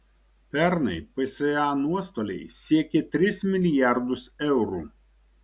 pernai psa nuostoliai siekė tris milijardus eurų